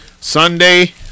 Sunday